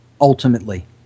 ultimately